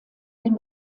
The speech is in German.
den